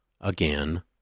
again